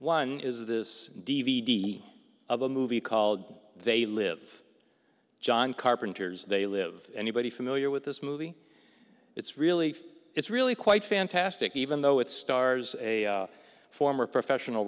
one is this d v d of a movie called they live john carpenter's they live anybody familiar with this movie it's really it's really quite fantastic even though it stars a former professional